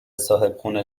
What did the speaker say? صاحبخونه